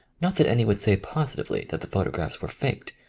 not that any would say positively that the photo graphs were faked,